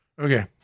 Okay